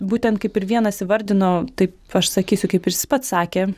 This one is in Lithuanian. būtent kaip ir vienas įvardino taip aš sakysiu kaip ir jis pats sakė